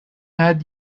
had